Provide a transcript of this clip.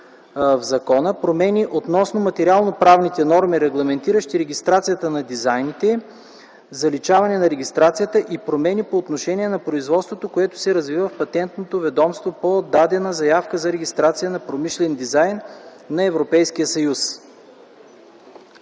в закона; промени относно материално-правните норми, регламентиращи регистрацията на дизайните, заличаване на регистрацията; и промени по отношение на производството, което се развива в Патентното ведомство по дадена заявка за регистрация на промишлен дизайн на Европейския съюз.